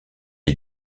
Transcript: est